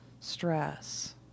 Stress